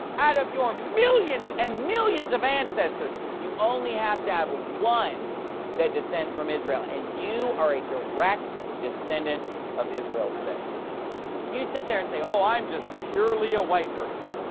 out of your millions and millions of ancestors, you only have to have one that descends from israel, and you are a direct descendant of israel. you sit there and say, oh, i'm just purely a white person.